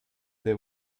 the